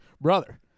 Brother